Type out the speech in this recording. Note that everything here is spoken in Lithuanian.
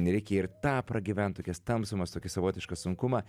reikia ir tą pragyvent tokias tamsumas tokį savotišką sunkumą